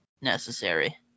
necessary